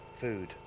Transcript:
food